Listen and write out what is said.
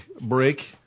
break